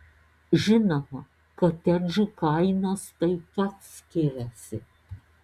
žinoma kotedžų kainos taip pat skiriasi